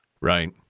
Right